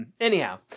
Anyhow